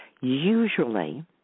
usually